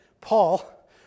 Paul